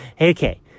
Okay